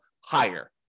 higher